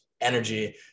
energy